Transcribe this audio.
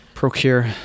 Procure